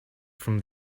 from